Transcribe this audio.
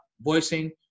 voicing